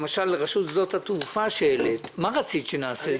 רשות שדות התעופה שהעלית, מה רצית שנעשה?